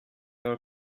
are